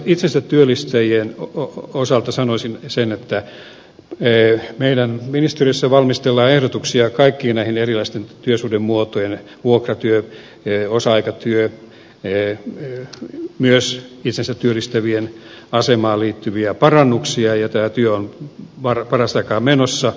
itsensä työllistäjien osalta sanoisin sen että meidän ministeriössämme valmistellaan ehdotuksia kaikkiin näihin erilaisiin työsuhdemuotoihin vuokratyö osa aikatyö myös itsensä työllistävien asemaan liittyviä parannuksia ja tämä työ on parasta aikaa menossa